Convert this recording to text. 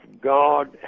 God